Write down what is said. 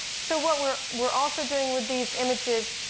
so what we're we're also doing with these images,